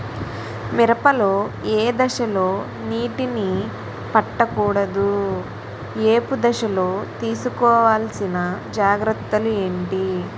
మిరప లో ఏ దశలో నీటినీ పట్టకూడదు? ఏపు దశలో తీసుకోవాల్సిన జాగ్రత్తలు ఏంటి?